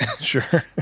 Sure